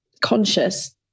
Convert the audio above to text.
conscious